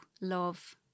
love